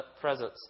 presence